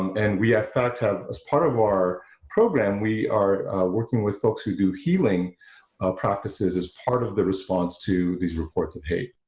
and we have in fact have as part of our program we are working with folks who do healing practices as part of the response to these reports of hate,